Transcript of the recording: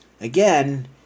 again